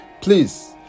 Please